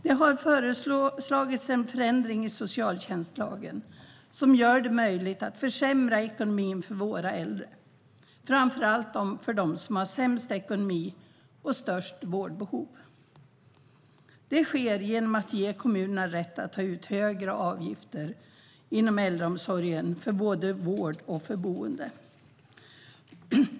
Det har föreslagits en förändring i socialtjänstlagen som gör det möjligt att försämra ekonomin för våra äldre, framför allt för dem som har sämst ekonomi och störst vårdbehov. Detta sker genom att man ger kommunerna rätt att ta ut högre avgifter inom äldreomsorgen och för både vård och boenden.